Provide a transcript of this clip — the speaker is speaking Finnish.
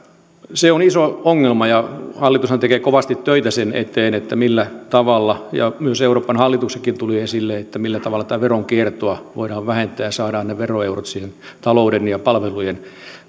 se on iso ongelma ja hallitushan tekee kovasti töitä sen eteen millä tavalla mikä myös euroopan maiden hallituksissa tuli esille tätä veronkiertoa voidaan vähentää ja saada ne veroeurot talouden ja palvelujen